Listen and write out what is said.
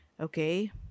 Okay